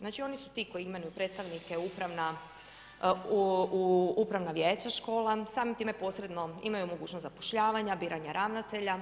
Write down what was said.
Znači oni su ti koji imenuju predstavnike u upravna vijeća škola, samim time posredno imaju mogućnost zapošljavanja, biranja ravnatelja.